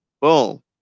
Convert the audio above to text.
boom